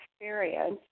experience